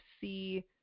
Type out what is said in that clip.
see